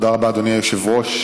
תודה רבה, אדוני היושב-ראש.